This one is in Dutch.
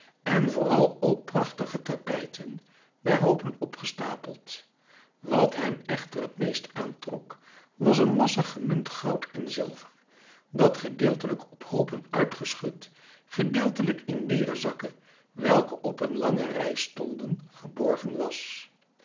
en vooral ook prachtige tapijten bij hoopen opgestapeld wat hem echter het meest aantrok was een massa gemunt goud en zilver dat gedeeltelijk op hoopen uitgeschud gedeeltelijk in leeren zakken welke op een lange rij stonden geborgen was